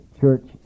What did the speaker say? church